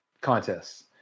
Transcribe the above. contests